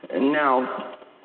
Now